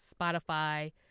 Spotify